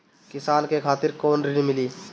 किसान के खातिर कौन ऋण मिली?